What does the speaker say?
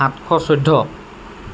সাতশ চৈধ্য